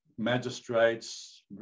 magistrates